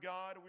God